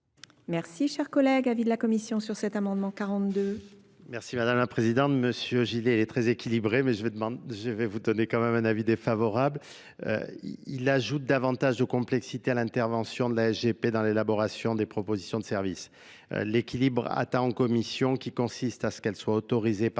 Merci, cher collègue, avis de la commission sur cet amendement.